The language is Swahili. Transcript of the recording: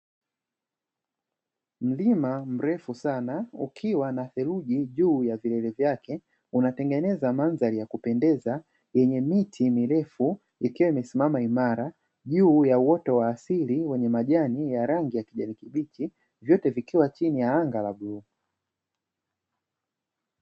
Mlima mrefu sana ukiwa na seruji juu ya vilele vyake, unatenegeneza mandhari ya kupendeza yenye miti mirefu ikiwa imesimama imara, juu ya uoto wa asili wenye majani ya rangi ya kijani kibichi, vyote vikiwa chini ya anga la bluu.